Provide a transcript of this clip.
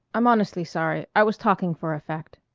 i'm honestly sorry. i was talking for effect.